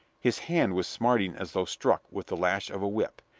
his hand was smarting as though struck with the lash of a whip.